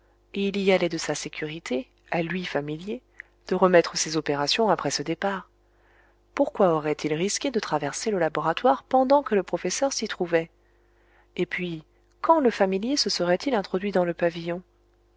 il y allait de sa sécurité à lui familier de remettre ses opérations après ce départ pourquoi aurait-il risqué de traverser le laboratoire pendant que le professeur s'y trouvait et puis quand le familier se serait-il introduit dans le pavillon